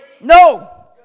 no